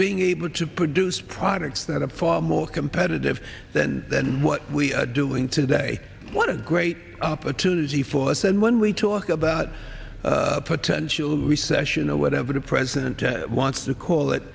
being able to produce products that are far more competitive than what we are doing today what a great opportunity for us and when we talk about a potential recession or whatever the president wants to call